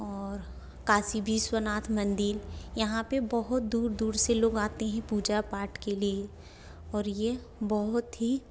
और काशी विश्वानाथ मंदिर यहाँ पे बहुत दूर दूर से लोग आते हैं पूजा पाठ के लिए और ये बहुत ही